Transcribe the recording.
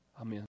Amen